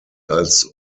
als